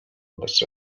oddać